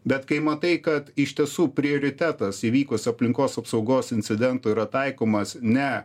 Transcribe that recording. bet kai matai kad iš tiesų prioritetas įvykus aplinkos apsaugos incidentui yra taikomas ne